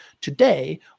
Today